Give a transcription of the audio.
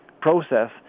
process